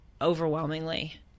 overwhelmingly